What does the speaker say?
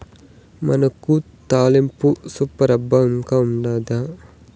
మునగాకు తాలింపు సూపర్ అబ్బా ఇంకా ఉండాదా